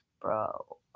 Bro